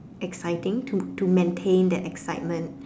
exciting to to maintain that excitement